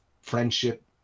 friendship